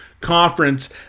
conference